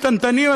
קטנטנים,